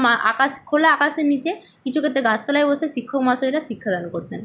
মা আকাশ খোলা আকাশের নিচে কিছু ক্ষেত্রে গাছতলায় বসে শিক্ষক মহাশয়রা শিক্ষা দান করতেন